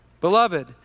Beloved